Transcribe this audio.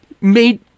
Made